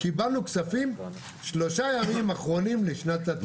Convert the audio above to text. קיבלנו כספים שלושה ימים אחרונים לשנת התקציב,